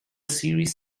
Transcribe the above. series